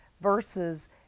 versus